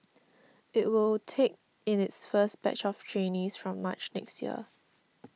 it will take in its first batch of trainees from March next year